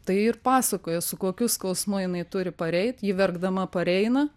tai ji ir pasakoja su kokiu skausmu jinai turi pareit ji verkdama pareina